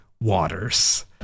waters